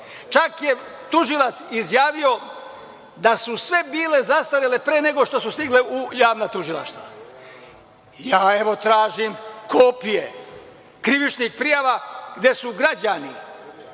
Čak je tužilac izjavio da su sve bile zastarele pre nego što su stigle u javno tužilaštvo. Evo, ja tražim kopije krivičnih prijava gde su građani